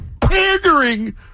pandering